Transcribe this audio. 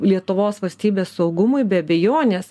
lietuvos vastybės saugumui be abejonės